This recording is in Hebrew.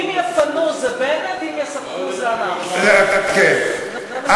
אם יפנו זה בנט, אם יספחו זה אנחנו, כן.